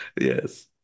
yes